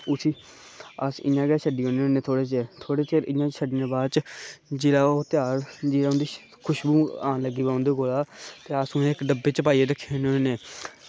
ते अस इंया छड्डी ओड़ने होने ते छड्डने दे बाद च जेह्ड़ा ओह् खुश्बू अम्ब दा औंदी उंदे कोला ते अस उनेंगी डब्बै च पाइयै रक्खी ओड़ने होने